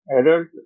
adult